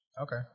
Okay